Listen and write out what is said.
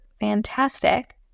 fantastic